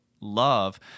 love